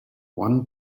one